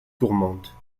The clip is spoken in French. tourmente